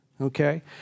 Okay